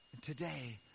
Today